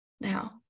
now